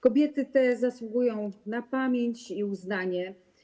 Kobiety te zasługują na pamięć i uznanie.